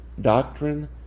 doctrine